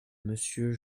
monsieur